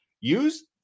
Use